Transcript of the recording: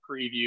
preview